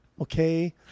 Okay